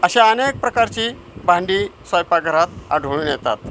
अशा अनेक प्रकारची भांडी स्वयंपाकघरात आढळून येतात